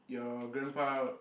your grandpa